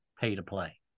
pay-to-play